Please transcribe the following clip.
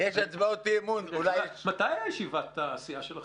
יש הצבעות אי אמון --- מתי ישיבת הסיעה שלכם,